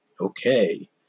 Okay